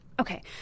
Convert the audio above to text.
Okay